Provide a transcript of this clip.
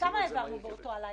כמה העברנו באותו לילה?